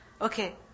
Okay